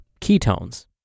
ketones